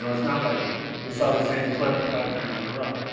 it's not like you saw the same clip five times in a row.